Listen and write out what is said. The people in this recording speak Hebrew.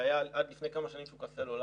עד לפני כמה שנים היה שוק הסלולר,